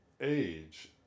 age